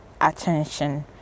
attention